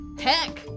Heck